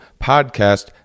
podcast